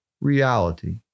reality